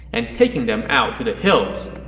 and taking them out to the hills.